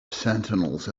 sentinels